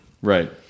Right